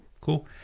cool